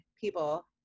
people